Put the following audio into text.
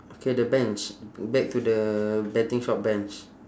okay the bench back to the betting shop bench